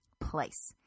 place